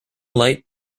light